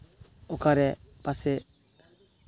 ᱚᱠᱟᱨᱮ ᱯᱟᱥᱮᱡ